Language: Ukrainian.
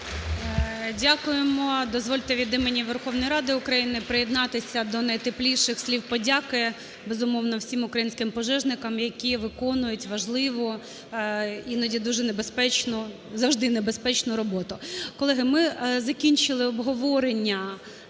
Дякуємо. Дозвольте від імені Верховної Ради України приєднатися до найтепліших слів подяки, безумовно, всім українським пожежникам, які виконують важливу, іноді дуже небезпечну, завжди небезпечну роботу. Колеги, ми закінчили обговорення